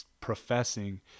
professing